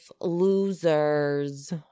Losers